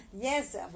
Yes